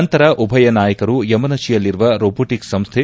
ನಂತರ ಉಭಯ ನಾಯಕರು ಯಮನಶಿಯಲ್ಲಿರುವ ರೋಬೋಟಿಕ್ಸ್ ಸಂಸ್ಟೆ